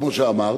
כמו שאמרת?